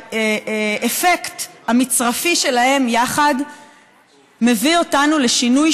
ושהאפקט המצרפי שלהם יחד מביא אותנו לשינוי